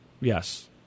Yes